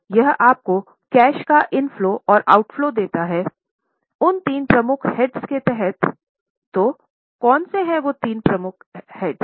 यह आपको कैश का इन फलो और ऑउटफ्लो देता हैं उन तीन प्रमुख हेड्स के तहत कौन से तीन हेड्स